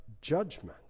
judgment